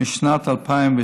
משנת 2008,